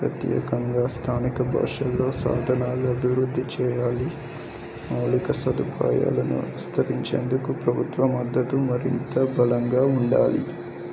ప్రత్యేకంగా స్థానిక భాషలో సాధనాలు అభివృద్ధి చెయ్యాలి మౌలిక సదుపాయాలను విస్తరించేందుకు ప్రభుత్వ మద్దతు మరింత బలంగా ఉండాలి